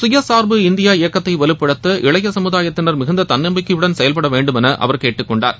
சுயசார்பு இந்தியா இயக்கத்தை வலுப்படுத்த இளைய சமுதாயத்தினர் மிகுந்த தன்னம்பிக்கையுடன் செயல்பட வேண்டும் என அவர் கேட்டுக்கொண்டார்